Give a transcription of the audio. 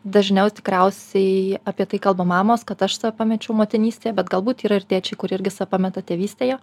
dažniau tikriausiai apie tai kalba mamos kad aš sa pamečiau motinystėj bet galbūt yra ir tėčiai kurie irgi sa pameta tėvystėje